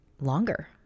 longer